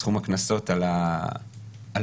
סכום הקנסות על העוסק,